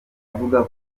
avuga